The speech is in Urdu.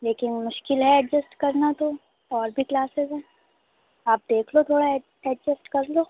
لیکن مشکل ہے ایڈزسٹ کرنا تو اور بھی کلاسز ہیں آپ دیکھ لو تھوڑا ایڈزسٹ کر لو